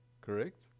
correct